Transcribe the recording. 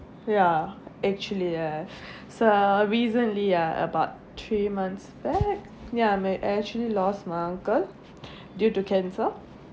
ya actually ya so recently uh about three months back ya may I actually lost my uncle due to cancer